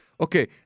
Okay